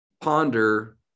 ponder